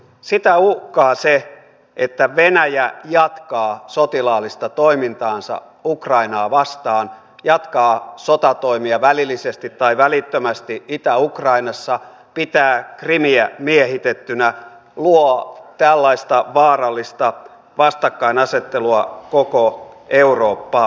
sitä uhkaa se että venäjä jatkaa sotilaallista toimintaansa ukrainaa vastaan jatkaa sotatoimia välillisesti tai välittömästi itä ukrainassa pitää krimiä miehitettynä luo tällaista vaarallista vastakkainasettelua koko eurooppaan